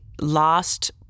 last